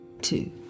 two